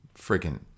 freaking